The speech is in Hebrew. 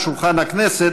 על שולחן הכנסת,